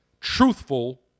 truthful